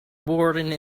boarding